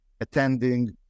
attending